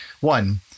one